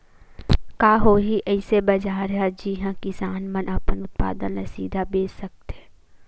का कोई अइसे बाजार हे जिहां किसान मन अपन उत्पादन ला सीधा बेच सकथे?